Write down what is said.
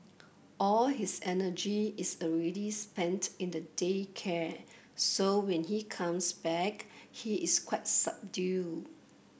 all his energy is already spent in the day care so when he comes back he is quite subdued